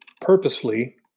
purposely